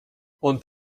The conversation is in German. und